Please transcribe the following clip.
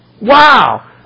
Wow